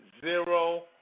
zero